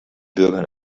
bürgern